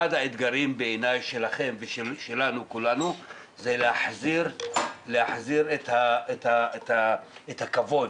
אחד האתגרים שלכם ושלנו זה להחזיר את הכבוד